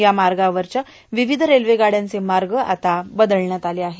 या मार्गावरच्या विविध रेल्वे गाडयांचे मार्ग आता बदलण्यात आले आहेत